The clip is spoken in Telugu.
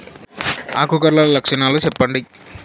ఆకు కర్ల లక్షణాలు సెప్పండి